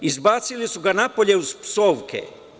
Izbacili su ga napolje uz psovke.